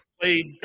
played